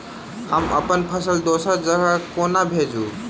हम अप्पन फसल दोसर जगह कोना भेजू?